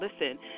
Listen